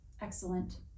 excellent